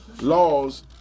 laws